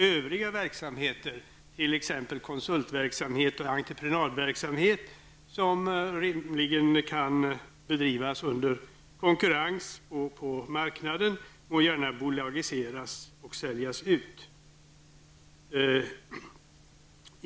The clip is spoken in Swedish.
Övriga verksamheter, t.ex. konsultverksamhet och entreprenadverksamhet som rimligen kan bedrivas under konkurrens och på marknaden, må gärna bolagiseras och säljas ut.